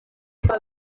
buri